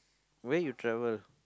where you travel